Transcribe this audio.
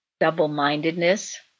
double-mindedness